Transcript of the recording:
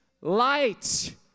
light